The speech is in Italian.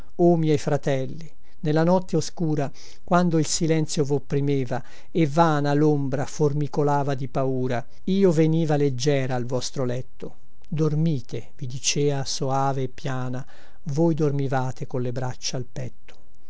o miei fratelli nella notte oscura quando il silenzio vopprimeva e vana lombra formicolava di paura io veniva leggiera al vostro letto dormite vi dicea soave e piana voi dormivate con le braccia al petto